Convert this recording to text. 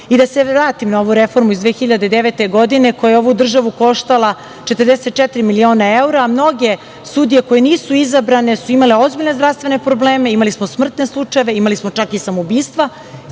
se vratim na ovu reformu iz 2009. godine, koja je ovu državu koštala 44 miliona evra, a mnoge sudije koje nisu izabrane su imale ozbiljne zdravstvene probleme, imali smo smrtne slučajeve i samoubistva,